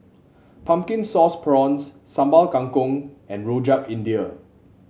Pumpkin Sauce Prawns Sambal Kangkong and Rojak India